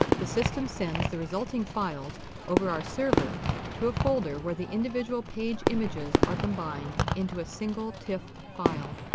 the system sends the resulting files over our server to a folder where the individual page images are combined into a single tiff file.